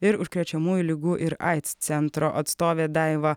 ir užkrečiamųjų ligų ir aids centro atstovė daiva